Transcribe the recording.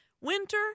winter